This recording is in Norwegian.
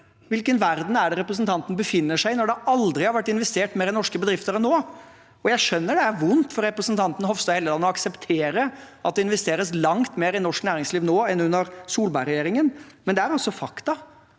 Hvilken verden er det representanten befinner seg i – når det aldri har vært investert mer i norske bedrifter enn nå? Jeg skjønner det er vondt for representanten Hofstad Helleland å akseptere at det investeres langt mer i norsk næringsliv nå enn under Solberg-regjeringen, men det er altså fakta.